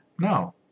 No